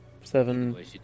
Seven